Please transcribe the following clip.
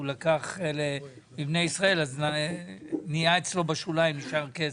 לקח לבני ישראל בשוליים אצלו נשאר כסף,